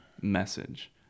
message